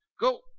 Go